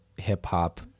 hip-hop